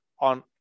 On